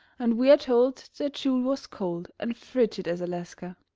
and we are told that jule was cold and frigid as alaska,